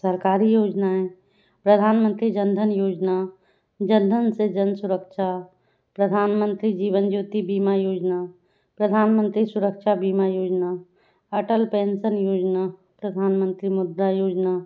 सरकारी योजनाएँ प्रधानमंत्री जन धन योजना जन धन से जन सुरक्षा प्रधानमंत्री जीवन ज्योति बीमा योजना प्रधानमंत्री सुरक्षा बीमा योजना अटल पेंशन योजना प्रधानमंत्री मुद्रा योजना